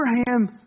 Abraham